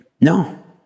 No